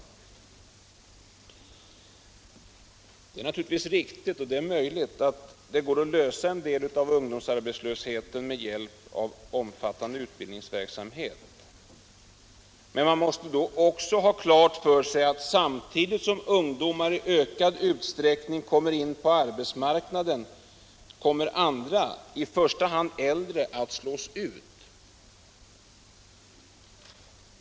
Det är naturligtvis riktigt att det går att lösa en del av arbetslöshetsproblemen med omfattande utbildningsverksamhet. Men man måste då också ha klart för sig att samtidigt som ungdomar i ökad utsträckning kommer in på arbetsmarknaden kommer andra, i första hand äldre, att slås ut.